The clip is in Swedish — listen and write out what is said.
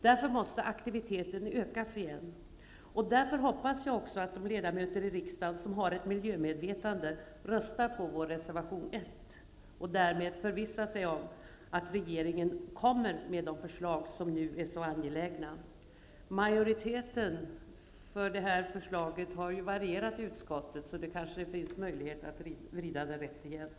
Därför måste aktiviteten ökas igen. Därför hoppas jag också att de ledamöter i riksdagen som har ett miljömedvetande röstar på vår reservation 1. Därmed kan vi förvissa oss om att regeringen kommer med de förslag som är så angelägna nu. Majoriteten för det här förslaget har ju varierat i utskottet, så det kanske finns möjlighet att vrida den rätt igen.